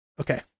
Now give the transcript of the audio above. Okay